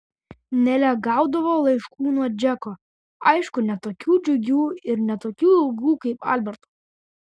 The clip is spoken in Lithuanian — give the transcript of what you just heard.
nelė gaudavo laiškų nuo džeko aišku ne tokių džiugių ir ne tokių ilgų kaip alberto